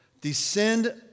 descend